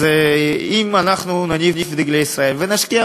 אז אם נניף דגלי ישראל ונשקיע,